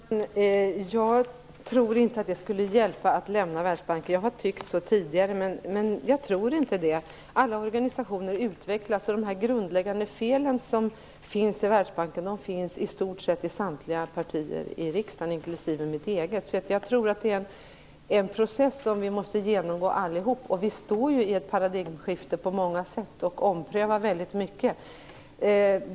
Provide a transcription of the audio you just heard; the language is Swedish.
Herr talman! Jag tror inte att det skulle hjälpa att lämna Världsbanken. Jag har tyckt det tidigare, men jag tror det inte nu. Alla organisationer utvecklas. De grundläggande fel som finns i Världsbanken finns i stort sett i samtliga partier i riksdagen, inklusive mitt eget parti. Jag tror att det är en process som vi alla måste genomgå. Vi står ju i ett paradigmskifte på många sätt och omprövar väldigt mycket.